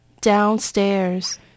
Downstairs